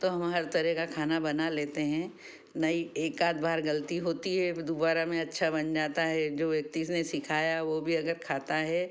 तो हम हर तरह का खाना बना लेते हैं नई एक आध बार गलती होती है दोबारा में अच्छा बन जाता है जो व्यक्ति जिसने सिखाया है वह भी अगर खाता है